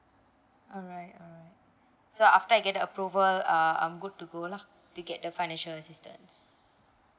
alright alright so after I get the approval uh um I'm good to go lah to get the financial assistance